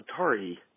Atari